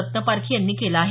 रत्नपारखी यांनी केलं आहे